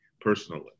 personally